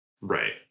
Right